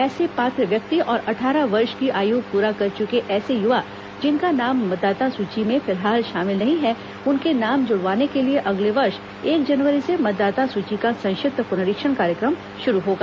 ऐसे पात्र व्यक्ति और अट्ठारह वर्ष की आयू पूरा कर चुके ऐसे यूवा जिनका नाम मतदाता सूची में फिलहाल शामिल नहीं हैं उनके नाम जुड़वाने के लिए अगले वर्ष एक जनवरी से मतदाता सूची का संक्षिप्त पुनरीक्षण कार्यक्रम शुरू होगा